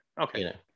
okay